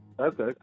Okay